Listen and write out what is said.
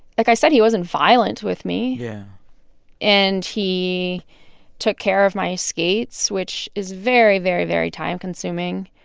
like i said, he wasn't violent with me yeah and he took care of my skates, which is very, very, very time consuming.